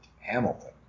Hamilton